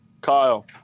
Kyle